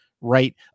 right